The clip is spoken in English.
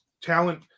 talent